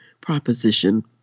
proposition